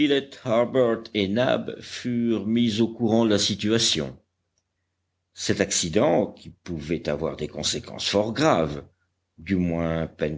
furent mis au courant de la situation cet accident qui pouvait avoir des conséquences fort graves du moins